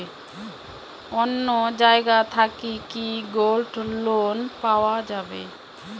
অন্য জায়গা থাকি কি গোল্ড লোন পাওয়া যাবে?